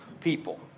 people